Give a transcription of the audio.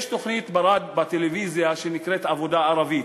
יש תוכנית בטלוויזיה שנקראת "עבודה ערבית".